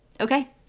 okay